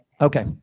Okay